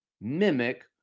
mimic